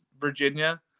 Virginia